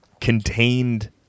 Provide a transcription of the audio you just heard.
contained